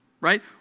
Right